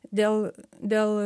dėl dėl